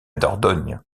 dordogne